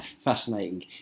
fascinating